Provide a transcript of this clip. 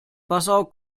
passau